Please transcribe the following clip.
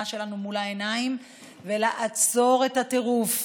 שלנו מול העיניים ולעצור את הטירוף,